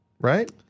right